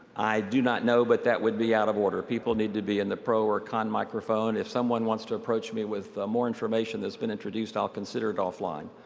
i do not know, but that would be out of order. people need to be in the pro or con microphone. if someone wants to approach me with more information than has been introduced, i'll consider it offline.